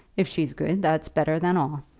if she's good, that's better than all.